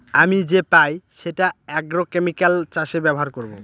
আমি যে পাই সেটা আগ্রোকেমিকাল চাষে ব্যবহার করবো